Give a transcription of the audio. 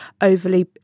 overly